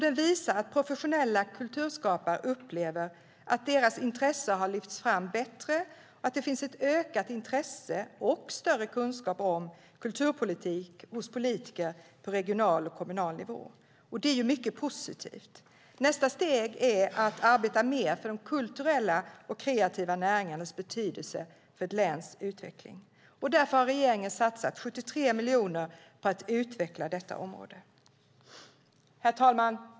Den visar att professionella kulturskapare upplever att deras intressen har lyfts fram bättre och att det finns ett ökat intresse för och större kunskap om kulturpolitik hos politiker på regional och kommunal nivå. Det är mycket positivt. Nästa steg är att arbeta mer för de kulturella och kreativa näringarnas betydelse för ett läns utveckling. Därför har regeringen satsat 73 miljoner kronor på att utveckla detta område. Herr talman!